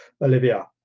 olivia